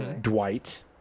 Dwight